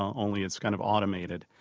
only it's kind of automated.